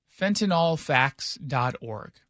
fentanylfacts.org